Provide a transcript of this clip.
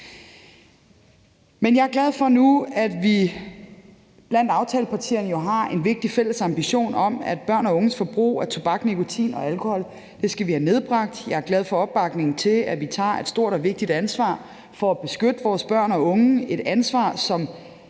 aftalepartierne jo har en vigtig fælles ambition om, at børn af unges forbrug af tobak, nikotin og alkohol skal vi have nedbragt. Jeg er glad for opbakningen til, at vi tager et stort og vigtigt ansvar for at beskytte vores børn og unge – et ansvar,